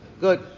good